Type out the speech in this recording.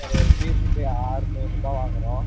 sir ஒரு பீஸுக்கு ஆற்நூறுபா வாங்குறோம்